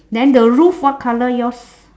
then the roof what colour yours